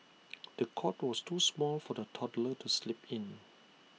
the cot was too small for the toddler to sleep in